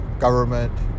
government